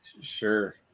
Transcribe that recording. sure